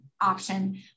option